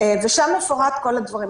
ושם מפורטים כל הדברים.